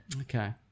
Okay